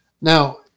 now